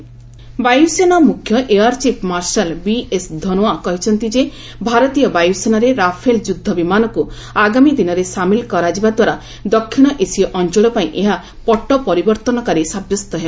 air chief interview ବାୟସେନା ମ୍ରଖ୍ୟ air chief marshal B S Dhanoa କହିଛନ୍ତି ଯେ ଭାରତୀୟ ବାୟସେନାରେ ରାଫେଲ ଯୁଦ୍ଧ ବିମାନକୁ ଆଗାମୀ ଦିନରେ ସାମିଲ କରାଯିବ ଦ୍ୱାରା ଦକ୍ଷିଣ ଏସୀୟ ଅଞ୍ଚଳ ପାଇଁ ଏହା ପଟ୍ଟ ପରିବର୍ଭନ କାରୀ ସାବ୍ୟସ୍ତ ହେବ